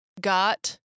got